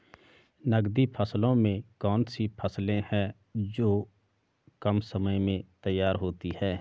नकदी फसलों में कौन सी फसलें है जो कम समय में तैयार होती हैं?